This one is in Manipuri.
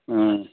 ꯑꯪ